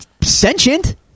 sentient